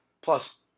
Plus